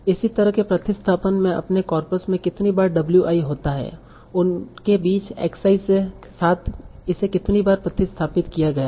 इसी तरह के प्रतिस्थापन मैं अपने कॉर्पस में कितनी बार w i होता है उनके बीच x i से साथ इसे कितनी बार प्रतिस्थापित किया गया था